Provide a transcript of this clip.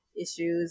issues